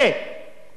אני בעד שיהיה,